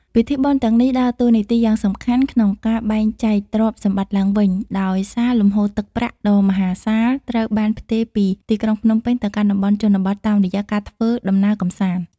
ពិធីបុណ្យទាំងនេះដើរតួនាទីយ៉ាងសំខាន់ក្នុងការបែងចែកទ្រព្យសម្បត្តិឡើងវិញ ដោយសារលំហូរទឹកប្រាក់ដ៏មហាសាលត្រូវបានផ្ទេរពីទីក្រុងភ្នំពេញទៅកាន់តំបន់ជនបទតាមរយៈការធ្វើដំណើរកម្សាន្ត។